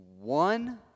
one